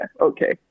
Okay